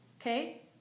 Okay